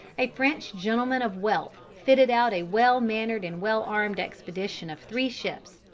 a french gentleman of wealth fitted out a well-manned and well-armed expedition of three ships,